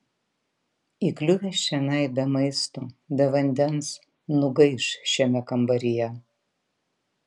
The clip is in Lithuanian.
įkliuvęs čionai be maisto be vandens nugaiš šiame kambaryje